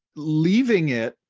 leaving it,